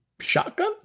shotgun